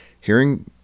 hearing